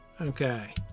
Okay